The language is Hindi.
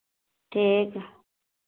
ठीक